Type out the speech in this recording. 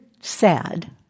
sad